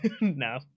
No